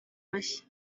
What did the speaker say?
mashya